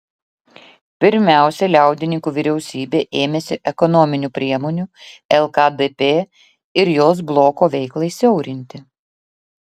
pirmiausia liaudininkų vyriausybė ėmėsi ekonominių priemonių lkdp ir jos bloko veiklai siaurinti